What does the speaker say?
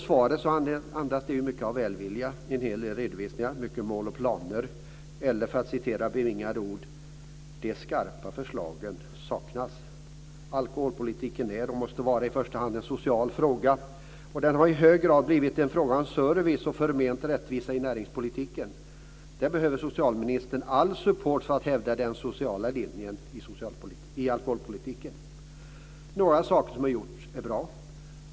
Svaret andas en allmän välvilja, en hel del redovisningar, mycket mål och planer, eller för att citera bevingade ord: De skarpa förslagen saknas. Alkoholpolitiken är och måste i första hand vara en social fråga. Den har i hög grad blivit en fråga om service och förment rättvisa i näringspolitiken. Där behöver socialministern all support för att kunna hävda den sociala linjen i alkoholpolitiken. Några saker som gjorts är bra.